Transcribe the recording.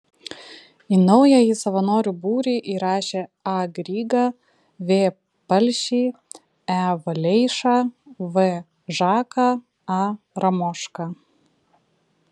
į naująjį savanorių būrį įrašė a grygą v palšį e valeišą v žaką a ramošką